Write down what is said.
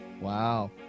Wow